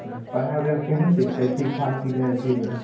हँ पढ़ै ओढ़ैमे केहन छै छै ठीक ठाक कि नहि अथी